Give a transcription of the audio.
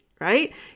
right